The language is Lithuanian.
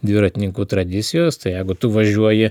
dviratininkų tradicijos tai jeigu tu važiuoji